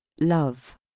Love